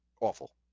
Awful